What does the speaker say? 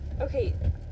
Okay